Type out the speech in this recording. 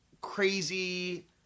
crazy